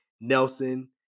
Nelson